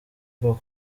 bwo